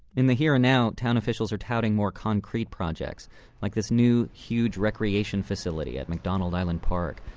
in the here and now, town officials are touting more concrete projects like this new, huge recreation facility at mcdonald island park.